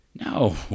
No